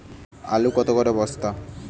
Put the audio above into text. আলু কত করে বস্তা?